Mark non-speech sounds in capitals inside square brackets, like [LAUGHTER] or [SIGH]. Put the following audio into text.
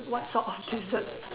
what sort of dessert [LAUGHS]